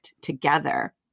together